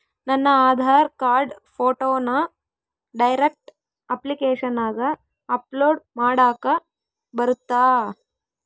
ನನ್ನ ಆಧಾರ್ ಕಾರ್ಡ್ ಫೋಟೋನ ಡೈರೆಕ್ಟ್ ಅಪ್ಲಿಕೇಶನಗ ಅಪ್ಲೋಡ್ ಮಾಡಾಕ ಬರುತ್ತಾ?